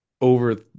over